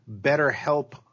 BetterHelp